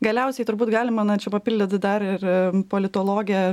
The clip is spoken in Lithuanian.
galiausiai turbūt galima na čia papildyti dar ir politologė